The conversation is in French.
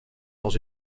dans